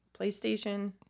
PlayStation